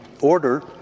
order